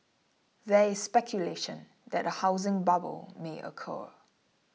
there is speculation that a housing bubble may occur